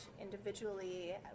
individually